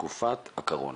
בתקופת הקורונה.